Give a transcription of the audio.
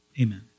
amen